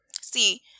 see